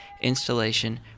installation